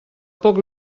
poc